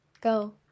Go